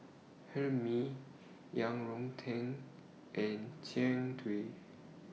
Hae Mee Yang Rou Tang and Jian Dui